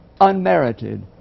unmerited